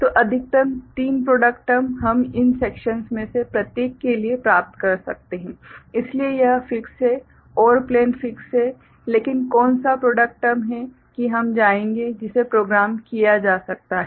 तो अधिकतम तीन प्रॉडक्ट टर्म हम इन सेक्शन्स में से प्रत्येक के लिए प्राप्त कर सकते हैं इसलिए यह फिक्स है OR प्लेन फिक्स है लेकिन कौन सा प्रॉडक्ट टर्म है कि हम जाएंगे जिसे प्रोग्राम किया जा सकता है